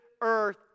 earth